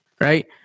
right